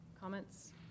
comments